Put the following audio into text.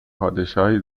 پادشاهی